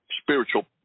spiritual